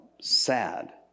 sad